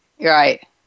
Right